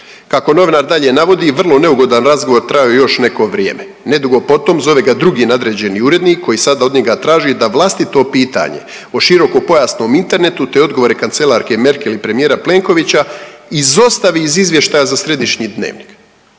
Kako novinar dalje navodi vrlo neugodan razgovor trajao je još neko vrijeme. Nedugo potom zove ga drugi nadređeni urednik koji sada od njega traži da vlastito pitanje o širokopojasnom internetu te odgovore kancelarke Merkel i premijera Plenkovića izostavi iz izvještaja za središnji dnevnik.